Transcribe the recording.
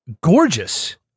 gorgeous